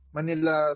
Manila